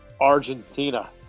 Argentina